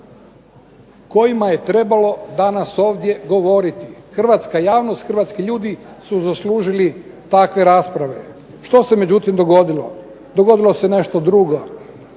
kojima je trebalo danas ovdje govoriti. Hrvatska javnost, hrvatski ljudi su zaslužili takve rasprave. Što se međutim dogodilo? Dogodilo se nešto drugo.